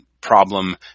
problem